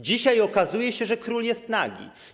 Dzisiaj okazuje się, że król jest nagi.